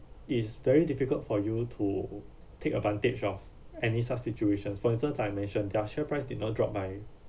is very difficult for you to take advantage of any such situations for instance I mention their share price did not drop by